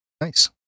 Nice